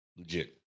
Legit